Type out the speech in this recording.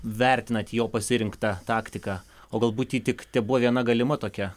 vertinat jo pasirinktą taktiką o galbūt ji tik tebuvo viena galima tokia